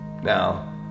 Now